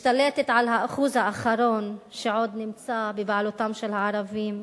משתלטת על האחוז האחרון שעוד נמצא בבעלותם של הערבים.